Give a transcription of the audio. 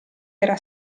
era